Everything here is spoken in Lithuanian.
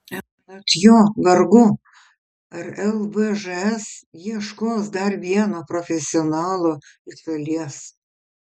anot jo vargu ar lvžs ieškos dar vieno profesionalo iš šalies